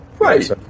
right